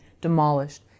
demolished